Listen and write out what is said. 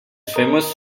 famous